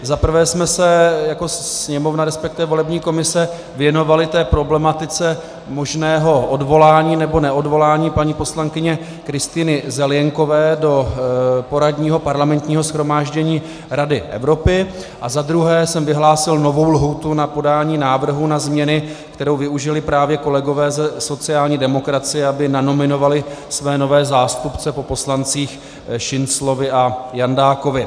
Zaprvé jsme se jako Sněmovna, resp. volební komise věnovali té problematice možného odvolání nebo neodvolání paní poslankyně Kristýny Zelienkové do poradního Parlamentního shromáždění Rady Evropy a zadruhé jsem vyhlásil novou lhůtu na podání návrhu na změny, kterou využili právě kolegové ze sociální demokracie, aby nanominovali své nové zástupce po poslancích Šinclovi a Jandákovi.